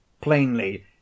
plainly